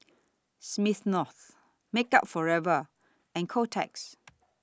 Smirnoff Makeup Forever and Kotex